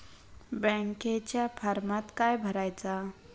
बँकेच्या फारमात काय भरायचा?